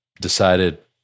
decided